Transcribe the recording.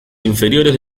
inferiores